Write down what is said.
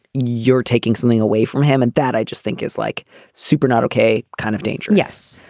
you're taking something away from him. and that i just think is like super not ok kind of danger. yes.